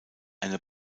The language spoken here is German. eine